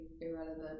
irrelevant